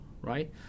Right